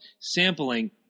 sampling